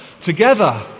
together